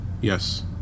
Yes